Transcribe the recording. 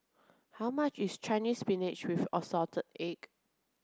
how much is Chinese Spinach with Assorted Eggs